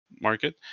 market